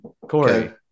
Corey